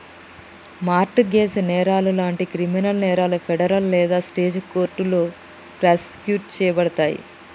mart gauge నేరాలు లాంటి criminal నేరాలు ఫెడరల్ లేదా స్టేట్ కోర్టులో ప్రాసిక్యూట్ చేయబడతయి